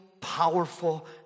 powerful